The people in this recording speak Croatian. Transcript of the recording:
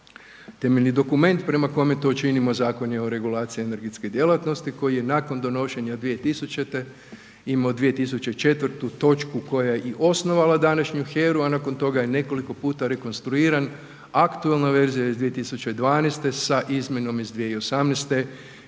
Temeljni dokument prema kome to činimo Zakon je o regulaciji energetske djelatnosti koji je nakon donošenja 2000., imao 2004. točku koja je i osnovala današnju HERA-u a nakon toga je nekoliko puta rekonstruiran, aktualna verzija iz 2012. sa izmjenom iz 2018.